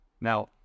Now